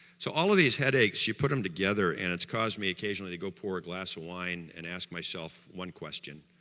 so all of these headaches, you put them together and it's caused me occasionally go pour a glass of wine and ask myself myself one question